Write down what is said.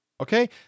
okay